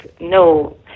no